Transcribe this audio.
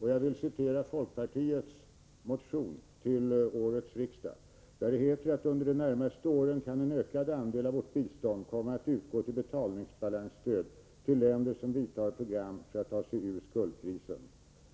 Jag vill vill citera folkpartiets motion till årets riksmöte, där det heter: 25 ”Under de närmaste åren kan en ökad andel av vårt bistånd komma att utgå till betalningsbalansstöd till länder som vidtar program för att ta sig ur skuldkrisen.